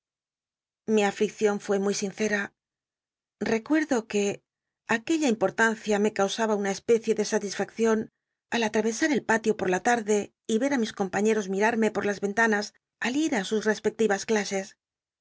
mi alliccion fué muy sinceta recuento que aquella importancia me causaba un t especie de satislltc cion al atr csar el palio por la tarde y er á mis compaíícros miratmc pot las cntanas al ir i us respectivas lases